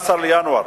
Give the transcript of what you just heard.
בינואר,